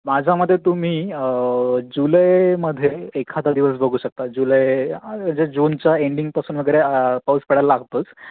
माझ्या मते तुम्ही जुलैमध्ये एखादा दिवस बघू शकता जुलै म्हणजे जूनचा एंडिंगपासून वगैरे पाऊस पडायला लागतोच